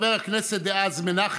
נתניהו והגב'